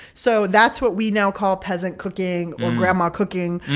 so that's what we now call peasant cooking or grandma cooking,